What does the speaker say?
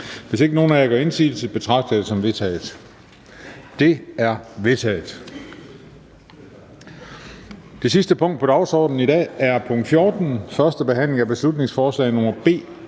Hvis ikke nogen af jer gør indsigelse, betragter jeg det som vedtaget. Det er vedtaget. --- Det sidste punkt på dagsordenen er: 14) 1. behandling af beslutningsforslag nr.